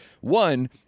One